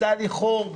אני פותחת